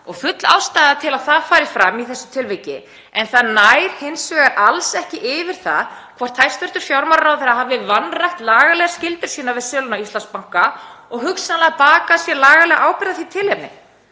og full ástæða til að það fari fram í þessu tilviki. Það nær hins vegar alls ekki yfir það hvort hæstv. fjármálaráðherra hafi vanrækt lagalegar skyldur sínar við söluna á Íslandsbanka og hugsanlega bakað sér lagalega ábyrgð af því tilefni.